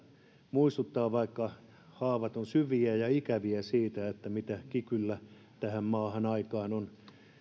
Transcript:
muistuttaa siitä vaikka haavat ovat syviä ja ikäviä mitä kikyllä tähän maahan aikaan on